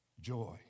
Joy